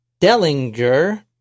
Dellinger